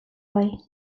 bai